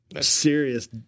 Serious